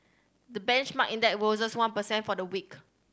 the benchmark index rose one per cent for the week